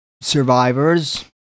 survivors